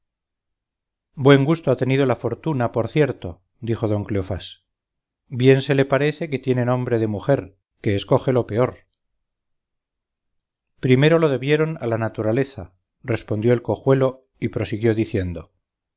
buen gusto ha tenido la fortuna por cierto dijo don cleofás bien se le parece que tiene nombre de mujer que escoge lo peor primero lo debieron a la naturaleza respondió el cojuelo y prosiguió diciendo